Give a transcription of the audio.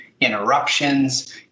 interruptions